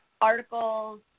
articles